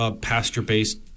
pasture-based